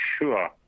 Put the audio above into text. sure